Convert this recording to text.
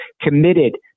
committed